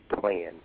plan